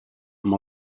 amb